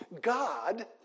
God